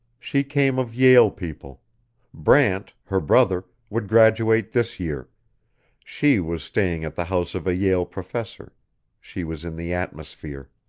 she came of yale people brant, her brother, would graduate this year she was staying at the house of a yale professor she was in the atmosphere.